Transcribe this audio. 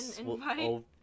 invite